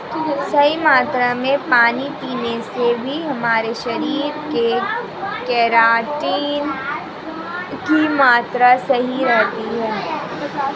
सही मात्रा में पानी पीने से भी हमारे शरीर में केराटिन की मात्रा सही रहती है